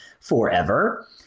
forever